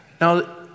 Now